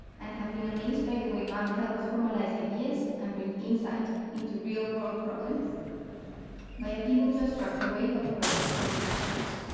and have been amazed by the way math help us formalize ideas and bring insight into real world problems by appealing to a structured way of approaching approaching questions.